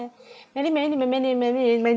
many many ma~ many many~ ny~ man~